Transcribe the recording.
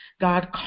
God